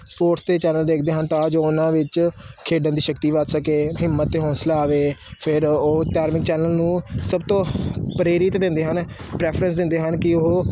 sports ਦੇ channel ਦੇਖਦੇ ਹਨ ਤਾਂ ਜੋ ਉਹਨਾਂ ਵਿੱਚ ਖੇਡਣ ਦੀ ਸ਼ਕਤੀ ਵੱਧ ਸਕੇ ਹਿੰਮਤ ਅਤੇ ਹੌਸਲਾ ਆਵੇ ਫਿਰ ਉਹ ਧਾਰਮਿਕ ਚੈਨਲ ਨੂੰ ਸਭ ਤੋਂ ਪ੍ਰੇਰਿਤ ਦਿੰਦੇ ਹਨ ਪ੍ਰੈਫਰੈਂਸ ਦਿੰਦੇ ਹਨ ਕਿ ਉਹ